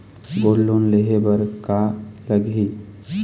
Gold loan लेहे बर का लगही?